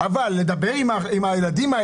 אבל כל הביסוס שלך היה,